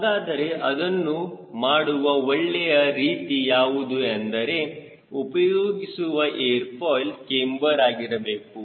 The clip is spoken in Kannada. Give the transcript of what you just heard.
ಹಾಗಾದರೆ ಅದನ್ನು ಮಾಡುವ ಒಳ್ಳೆಯ ರೀತಿ ಯಾವುದು ಅಂದರೆ ಉಪಯೋಗಿಸುವ ಏರ್ ಫಾಯ್ಲ್ ಕ್ಯಾಮ್ಬರ್ ಆಗಿರಬೇಕು